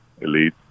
elite